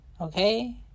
Okay